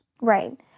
Right